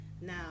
Now